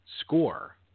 score